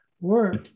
work